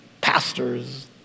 pastors